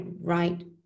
right